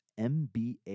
MBA